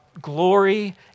glory